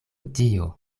dio